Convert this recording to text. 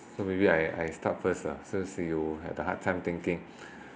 so maybe I I start first lah so since you had a hard time thinking